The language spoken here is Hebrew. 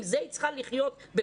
עם זה היא צריכה לחיות בפנסיה,